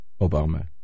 Obama